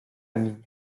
niños